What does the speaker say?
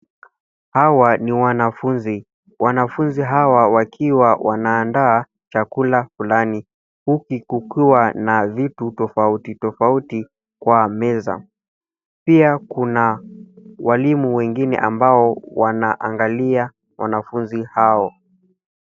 Hawa ni wanafunzi. Wanafunzi hawa wakiwa wanaandaa chakula fulani huku kukiwa na vitu tofauti tofauti kwa meza. Pia kuna walimu wengine ambao wanaangalia wanafunzi hao.